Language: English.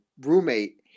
roommate